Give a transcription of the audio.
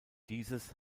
dieses